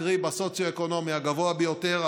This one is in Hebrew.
קרי בסוציו-אקונומי הגבוה ביותר,